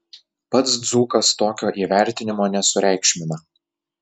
pats dzūkas tokio įvertinimo nesureikšmina